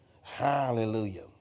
Hallelujah